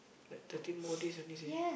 like thirteen more days only seh